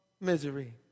misery